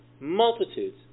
multitudes